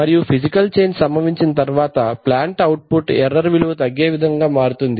మరియు physical change సంభవించిన తరువాత ప్లాంట్ ఔట్ పుట్ ఎర్రర్ విలువ తగ్గే విధంగా మారుతుంది